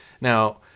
Now